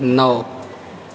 नओ